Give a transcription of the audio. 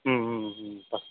हम्म हम्म हम्म